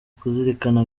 kuzirikana